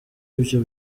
ibyo